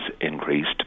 increased